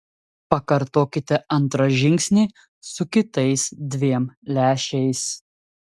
pakartokite antrą žingsnį su kitais dviem lęšiais